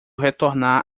retornar